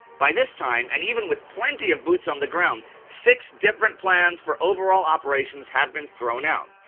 by this time, and even with plenty of boots on the ground, six different plans for overall operations have been thrown out.